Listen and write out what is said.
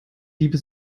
liebe